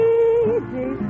easy